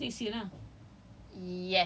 sem two my year three sem two